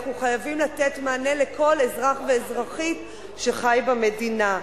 אנחנו חייבים לתת מענה לכל אזרח ואזרחית שחיים במדינה,